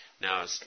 Now